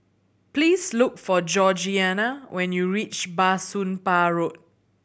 please look for Georgiana when you reach Bah Soon Pah Road